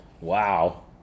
Wow